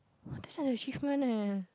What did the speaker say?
!wah! that's an achievement eh